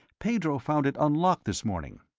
pedro found it unlocked this morning.